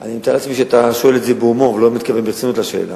אני מתאר לעצמי שאתה שואל את זה בהומור ולא מתכוון ברצינות לשאלה.